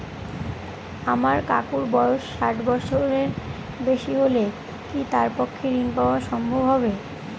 আমার কাকুর বয়স ষাট বছরের বেশি হলে কি তার পক্ষে ঋণ পাওয়া সম্ভব হবে?